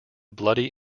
bloody